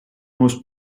most